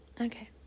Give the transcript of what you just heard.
Okay